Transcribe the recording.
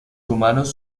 humanos